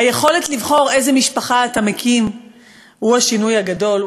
היכולת לבחור איזו משפחה אתה מקים היא השינוי הגדול,